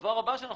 הדבר הבא,